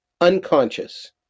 unconscious